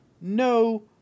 no